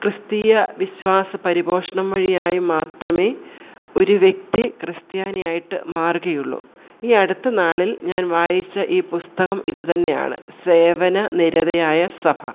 ക്രിസ്തീയ വിശ്വാസ പരിപോഷണം വഴിയായും മാത്രമേ ഒരു വ്യക്തി ക്രിസ്ത്യാനിയായിട്ട് മാറുകയുള്ളു ഈ അടുത്ത നാളിൽ ഞാൻ വായിച്ച ഈ പുസ്തകം ഇത് തന്നെയാണ് സേവന നിരതയായ സഭ